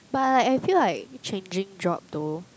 but I like I feel like changing job though